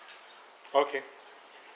okay